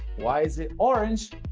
why is it orange,